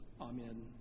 Amen